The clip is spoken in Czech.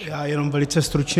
Já jenom velice stručně.